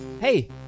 hey